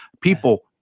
People